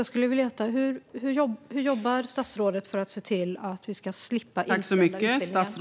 Jag skulle därför vilja veta hur statsrådet jobbar för att se till att vi ska slippa inställda utbildningar.